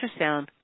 ultrasound